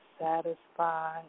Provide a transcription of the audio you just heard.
satisfy